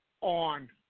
on